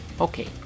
Okay